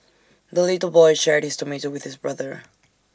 the little boy shared his tomato with his brother